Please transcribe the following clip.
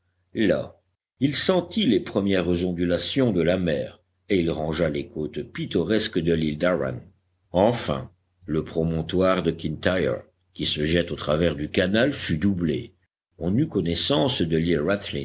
là il sentit les premières ondulations de la mer et il rangea les côtes pittoresques de l'île d'arran enfin le promontoire de kintyre qui se jette au travers du canal fut doublé on eut connaissance de